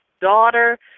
daughter